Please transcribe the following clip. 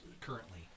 currently